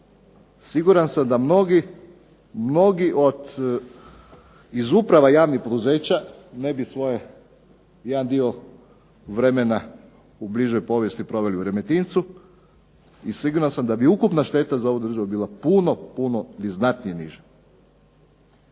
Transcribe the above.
Siguran sam da mnogi iz uprava javnih poduzeća ne bi svoje jedan dio vremena u bližoj povijesti proveli u Remetincu i siguran sam da bi ukupna šteta za ovu državu bila puno, puno i znatnije niže.